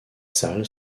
salle